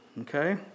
okay